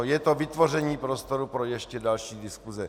Je to vytvoření prostoru pro ještě další diskuse.